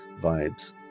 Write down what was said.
vibes